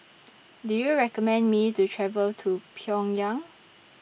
Do YOU recommend Me to travel to Pyongyang